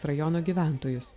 rajono gyventojus